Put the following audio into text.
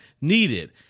needed